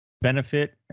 benefit